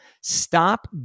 Stop